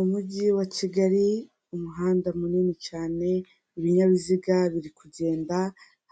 Umujyi wa Kigali umuhanda munini cyane ibinyabiziga biri kugenda,